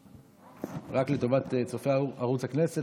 רק לטובת צופי ערוץ הכנסת,